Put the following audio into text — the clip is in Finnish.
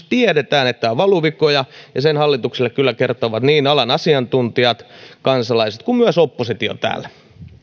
tiedetään että on valuvikoja ja sen hallitukselle kyllä kertoivat niin alan asiantuntijat kansalaiset kuin myös oppositio täällä